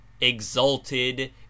exalted